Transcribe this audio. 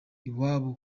iwabo